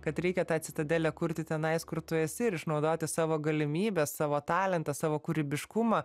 kad reikia tą citadelę kurti tenais kur tu esi ir išnaudoti savo galimybes savo talentą savo kūrybiškumą